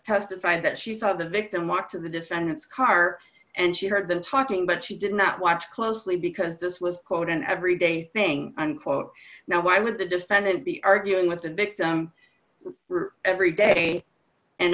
testified that she saw the victim walk to the defendant's car and she heard them talking but she did not watch closely because this was quote an every day thing unquote now why would the defendant be arguing with the victim every day and